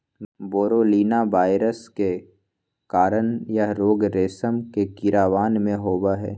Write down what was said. बोरोलीना virus के कारण यह रोग रेशम के कीड़वन में होबा हई